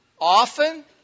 Often